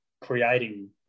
creating